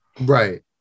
right